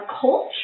culture